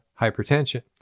hypertension